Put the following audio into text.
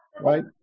right